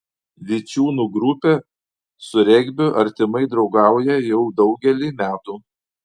vičiūnų grupė su regbiu artimai draugauja jau daugelį metų